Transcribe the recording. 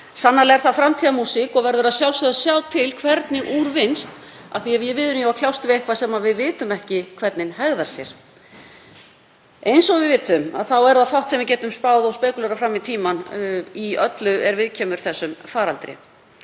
Sannarlega er það framtíðarmúsík og verður að sjálfsögðu að sjá til hvernig úr vinnst af því að við erum jú að kljást við eitthvað sem við vitum ekki hvernig hegðar sér. Eins og við vitum er það fátt sem við getum spáð og spekúlerað fram í tímann í öllu er viðkemur þessum faraldri